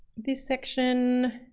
this section,